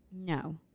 No